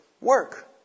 work